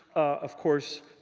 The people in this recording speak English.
of course,